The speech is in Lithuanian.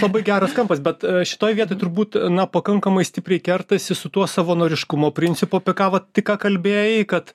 labai geras kampas bet šitoje vietoj turbūt na pakankamai stipriai kertasi su tuo savanoriškumo principu apie ką vat tik ką kalbėjai kad